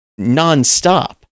nonstop